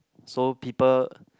so people